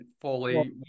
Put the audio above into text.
fully